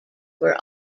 were